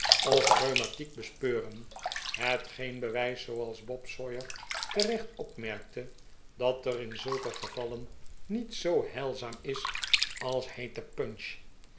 of rheumati'ek bespeuren hetgeen bewijst zooals bob sawyer terecht opmerkte dat er in zulke gevallen niets zoo heilzaam is als heete punch